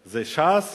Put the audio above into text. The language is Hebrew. זה ש"ס